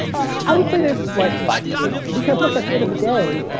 i would say there's slight resentment because, look at the end of the day,